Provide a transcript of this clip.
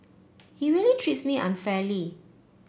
he really treats me unfairly